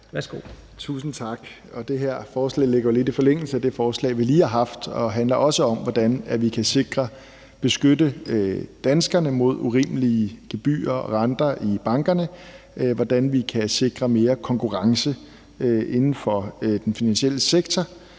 Tusind tak. Det her forslag ligger jo lidt i forlængelse af det forslag, vi lige har haft, og det handler også om, hvordan vi kan sikre og beskytte danskerne mod urimelige gebyrer og renter i bankerne, hvordan vi kan sikre mere konkurrence inden for den finansielle sektor,